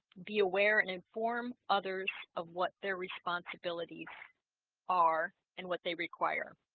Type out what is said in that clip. be aware and inform others of what their responsibilities are and what they require